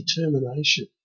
determination